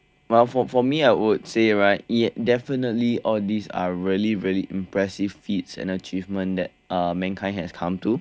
well for for me I would say right it definitely all these are really really impressive feats and achievements that uh mankind has come to